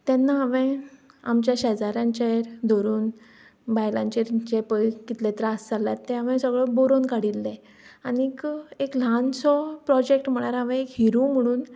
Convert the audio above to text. तेन्ना हांवें आमच्या शेजाऱ्यांचें धरून बायलांचेर जे पळय कितले त्रास जाल्यात तें हांवें सगले बरोन काडिल्ले आनी एक ल्हानसो प्रोजेक्ट म्हमल्यार हांवें हिरू म्हणून